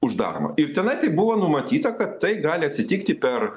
uždaroma ir tenai taip buvo numatyta kad tai gali atsitikti per